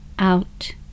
out